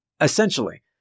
Essentially